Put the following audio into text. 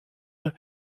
dans